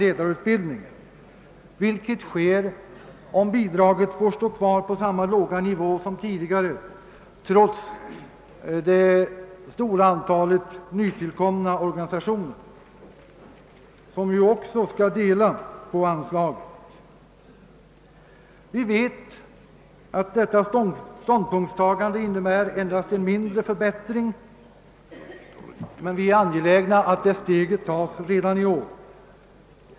ledarutbildningen, vilket sker om bidraget får stå kvar på samma låga nivå som tidigare trots det stora antalet nytillkomna organisationer, som ju skall vara med och dela på anslaget. Vi vet att detta ståndpunktstagande innebär endast en mindre förbättring, men vi är angelägna om att detta steg skall tas redan i år.